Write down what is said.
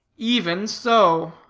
even so.